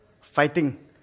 fighting